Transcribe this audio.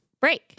break